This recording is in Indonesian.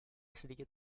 sedikit